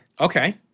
Okay